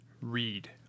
read